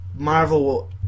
Marvel